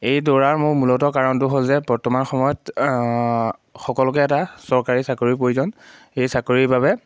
এই দৌৰাৰ মোৰ মূলতঃ কাৰণটো হ'ল যে বৰ্তমান সময়ত সকলোকে এটা চৰকাৰী চাকৰিৰ প্ৰয়োজন এই চাকৰিৰ বাবে